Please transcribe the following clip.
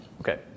Okay